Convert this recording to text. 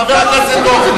חבר הכנסת הורוביץ,